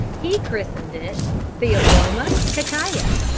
he christened it theobroma cacao,